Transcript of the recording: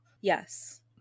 Yes